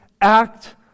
act